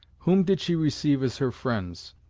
whom did she receive as her friends?